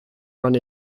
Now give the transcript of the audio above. run